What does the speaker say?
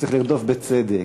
צריך לרדוף בצדק.